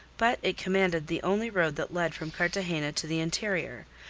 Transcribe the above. but it commanded the only road that led from cartagena to the interior,